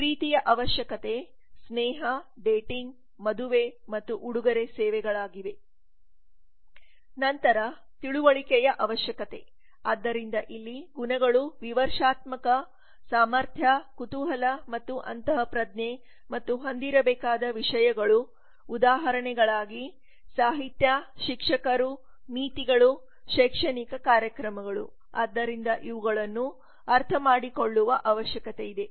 ಪ್ರೀತಿಯ ಅವಶ್ಯಕತೆ ಸ್ನೇಹ ಡೇಟಿಂಗ್ ಮದುವೆ ಮತ್ತು ಉಡುಗೊರೆ ಸೇವೆಗಳಾಗಿವೆ ನಂತರ ತಿಳುವಳಿಕೆಯ ಅವಶ್ಯಕತೆ ಆದ್ದರಿಂದ ಇಲ್ಲಿ ಗುಣಗಳು ವಿಮರ್ಶಾತ್ಮಕ ಸಾಮರ್ಥ್ಯ ಕುತೂಹಲ ಮತ್ತು ಅಂತಃಪ್ರಜ್ಞೆ ಮತ್ತು ಹೊಂದಿರಬೇಕಾದ ವಿಷಯಗಳು ಉದಾಹರಣೆಗಳಾಗಿ ಸಾಹಿತ್ಯ ಶಿಕ್ಷಕರು ನೀತಿಗಳು ಶೈಕ್ಷಣಿಕ ಕಾರ್ಯಕ್ರಮಗಳು ಆದ್ದರಿಂದ ಇವುಗಳನ್ನು ಅರ್ಥಮಾಡಿಕೊಳ್ಳುವ ಅವಶ್ಯಕತೆಯಿದೆ